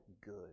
good